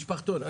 משפחתון.